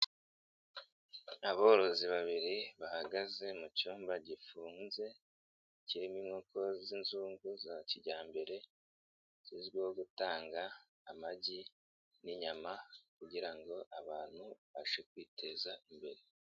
Aborozi babiri bahagaze mu cyumba gifunze, kirimo inkoko z'inzungu za kijyambere, zizwiho gutanga amagi n'inyama, kugira ngo abantu babashe kwiteza imbere.